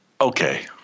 okay